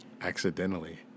accidentally